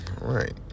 Right